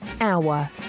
hour